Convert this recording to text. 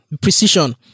precision